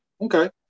Okay